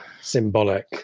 Symbolic